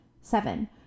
Seven